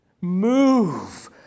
move